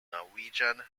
norwegian